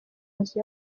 nzu